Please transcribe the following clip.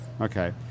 Okay